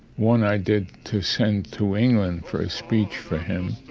one i did to send to england for ah speech for him,